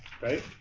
right